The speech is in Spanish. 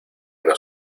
una